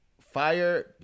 fire